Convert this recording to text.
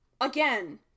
Again